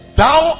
thou